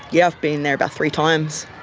yeah i've been in there about three times.